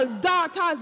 daughters